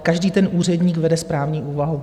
Každý ten úředník vede správní úvahu.